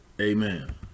Amen